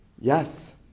Yes